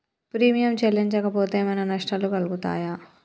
Premium చెల్లించకపోతే ఏమైనా నష్టాలు కలుగుతయా?